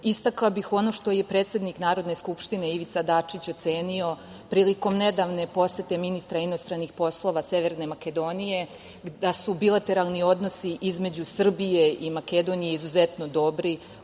istakla bih ono što je predsednik Narodne skupštine Ivica Dačić ocenio prilikom nedavne posete ministra inostranih poslova Severne Makedonije, da su bilateralni odnosi između Srbije i Makedonije izuzetno dobri,